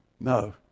No